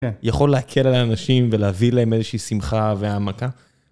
יכול להקל על האנשים ולהביא להם איזושהי שמחה והעמקה?